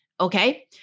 Okay